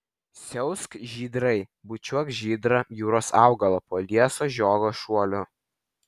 siausk žydrai bučiuok žydrą jūros augalą po lieso žiogo šuoliu